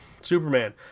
Superman